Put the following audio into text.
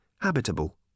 habitable